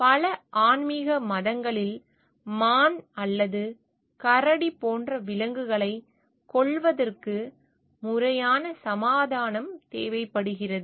பல ஆன்மிக மதங்களில் மான் அல்லது கரடி போன்ற விலங்குகளைக் கொல்வதற்கு முறையான சமாதானம் தேவைப்படுகிறது